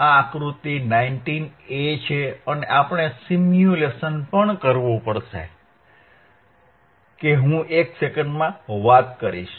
આ આકૃતિ 19a છે અને આપણે સિમ્યુલેશન પણ કરવું પડશે કે હું એક સેકન્ડમાં વાત કરીશ